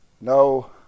No